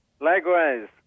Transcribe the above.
Likewise